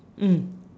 mm